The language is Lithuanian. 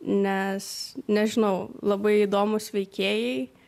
nes nežinau labai įdomūs veikėjai